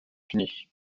punis